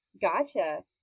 Gotcha